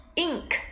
ink